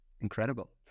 incredible